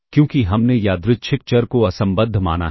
क्योंकि हमने यादृच्छिक चर को असंबद्ध माना है